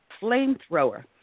Flamethrower